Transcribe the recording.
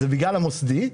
וזה בגלל המוסדי,